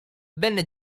venne